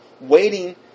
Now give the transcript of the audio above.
waiting